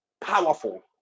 powerful